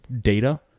data